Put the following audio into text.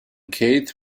kate